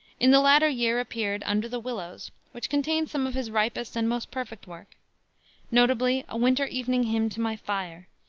in the latter year appeared under the willows, which contains some of his ripest and most perfect work notably a winter evening hymn to my fire,